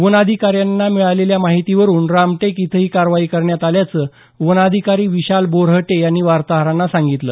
वनाधिकाऱ्यांना मिळालेल्या माहितीवरुन रामटेक इथं ही कारवाई करण्यात आल्याचं वनाधिकारी विशाल बोरहटे यांनी वार्ताहरांना सांगितलं